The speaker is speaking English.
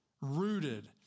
rooted